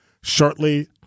shortly